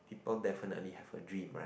people definitely have a dream right